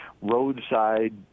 roadside